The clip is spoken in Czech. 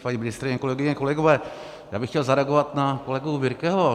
Paní ministryně, kolegyně, kolegové, já bych chtěl zareagovat na kolegu Birkeho.